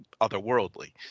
otherworldly